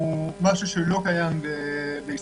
הוא משהו שלא קיים בישראל